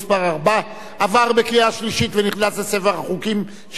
עברה בקריאה שלישית ונכנסת לספר החוקים של מדינת ישראל.